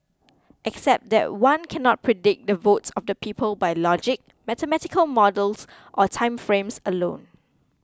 except that one cannot predict the votes of the people by logic mathematical models or time frames alone